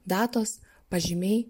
datos pažymiai